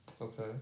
Okay